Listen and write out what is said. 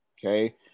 okay